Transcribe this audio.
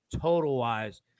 total-wise